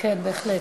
כן, בהחלט.